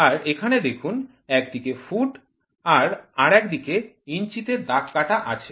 আর এখানে দেখুন একদিকে ফুট আর আরেকদিকে ইঞ্চিতে দাগ কাটা আছে